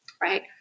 right